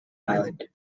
island